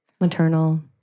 Maternal